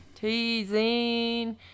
Teasing